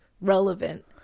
relevant